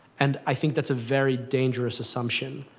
and i think that's a very dangerous assumption.